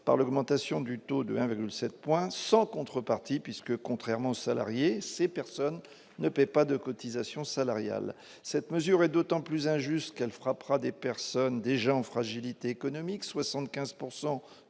par l'augmentation du taux de 7, sans contrepartie puisque, contrairement aux salariés, ces personnes ne paient pas de cotisations salariales, cette mesure est d'autant plus injuste qu'elle frappera des personnes, des gens fragilité économique 75